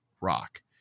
rock